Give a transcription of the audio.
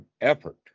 effort